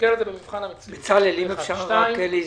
היית